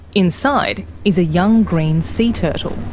inside is a young green sea turtle.